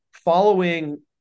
Following